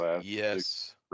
yes